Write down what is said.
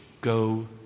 go